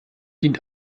dient